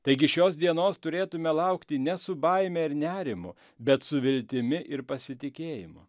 taigi šios dienos turėtume laukti ne su baime ir nerimu bet su viltimi ir pasitikėjimu